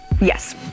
yes